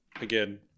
again